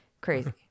Crazy